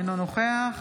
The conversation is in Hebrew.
אינו נוכח